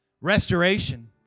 restoration